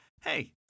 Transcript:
Hey